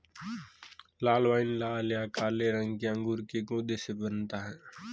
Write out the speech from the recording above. लाल wine लाल या काले रंग के अंगूर के गूदे से बनता है